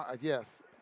yes